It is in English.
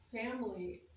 family